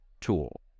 tool